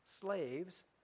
slaves